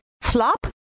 flop